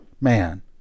man